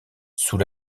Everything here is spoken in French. sous